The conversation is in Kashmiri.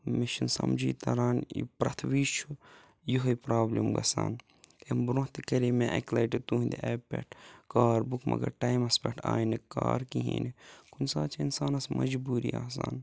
مےٚ چھُنہٕ سَمجی تَران یہِ پرٛٮ۪تھ وِزِ چھُ یِہے پرابلِم گَژھان امہِ برونٛہہ تہِ کَرے مےٚ اَکہِ لَٹہِ تُہٕنٛدِ ایپ پیٹھ کار بُک مَگَر ٹایمَس پیٹھ آیہِ نہٕ کار کہیٖنۍ کُنہِ ساتہٕ چھِ اِنسانَس مَجبوٗری آسان